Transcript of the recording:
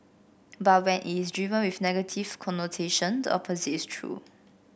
but when it is driven with a negative connotation the opposite is true